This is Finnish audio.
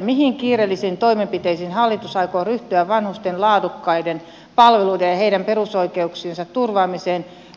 mihin kiireellisiin toimenpiteisiin hallitus aikoo ryhtyä vanhusten laadukkaat palvelut ja heidän perusoikeutensa turvaavan